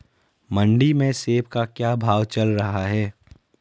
मंडी में सेब का क्या भाव चल रहा है?